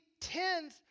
tens